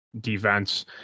defense